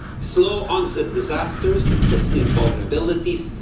slow onset disasters, existing vulnerabilities,